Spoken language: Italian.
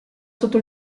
sotto